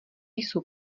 jsou